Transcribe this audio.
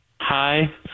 Hi